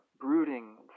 brooding